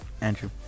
Andrew